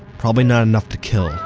probably not enough to kill,